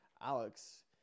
Alex